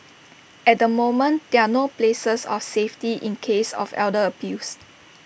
at the moment there are no places of safety in cases of elder abuse